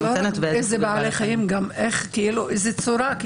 זה לא רק איזה בעלי חיים אלא גם איך מחזיקים אותם.